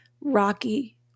rocky